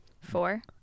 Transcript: Four